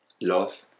love